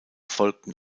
folgten